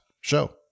show